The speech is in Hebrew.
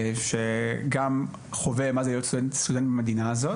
שגם חווה מה זה להיות סטודנט במדינה הזאת.